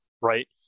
right